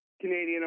Canadian